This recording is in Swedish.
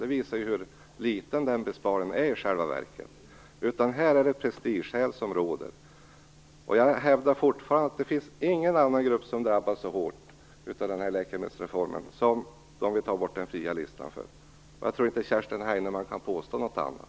Det visar hur liten den besparingen i själva verket är. Här är det i stället prestigeskäl som råder. Jag hävdar fortfarande att det inte finns någon annan grupp som drabbas så hårt av läkemedelsreformen som den vi tar bort den fria listan för. Jag tror inte att Kerstin Heinemann kan påstå något annat.